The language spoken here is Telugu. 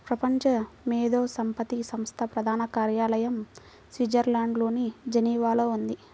ప్రపంచ మేధో సంపత్తి సంస్థ ప్రధాన కార్యాలయం స్విట్జర్లాండ్లోని జెనీవాలో ఉంది